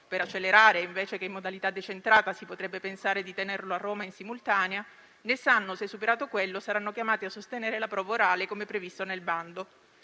(per accelerare, invece che in modalità decentrata, si potrebbe pensare di tenerlo a Roma in simultanea), né sanno se, superato quello, saranno chiamati a sostenere la prova orale come previsto nel bando.